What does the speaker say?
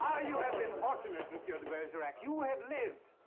ah you have been fortunate, monsieur de bergerac. you have lived!